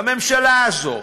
לממשלה הזאת,